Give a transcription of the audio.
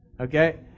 Okay